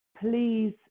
please